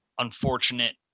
Unfortunate